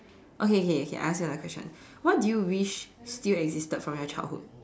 okay okay okay ask you another question what do you wish still existed from your childhood